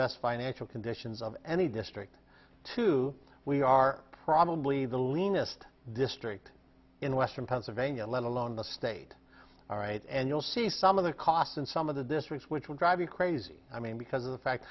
best financial conditions of any district to we are probably the leanest district in western pennsylvania let alone the state all right and you'll see some of the cost and some of the districts which will drive you crazy i mean because of the fact